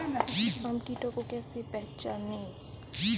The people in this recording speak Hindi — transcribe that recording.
हम कीटों को कैसे पहचाने?